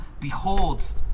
beholds